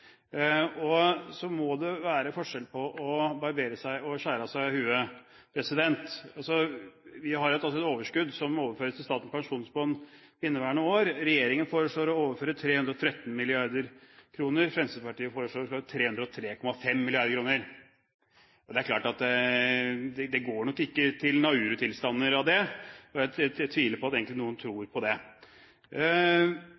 Så må det være forskjell på å barbere seg og skjære av seg hodet. Vi har et overskudd som overføres til Statens pensjonsfond inneværende år. Regjeringen foreslår å overføre 313 mrd. kr, Fremskrittspartiet foreslår 303,5 mrd. kr. Det er klart at det blir nok ikke Nauru-tilstander av det, og jeg tviler egentlig på at noen